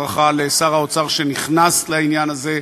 הערכה לשר האוצר שנכנס לעניין הזה,